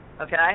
okay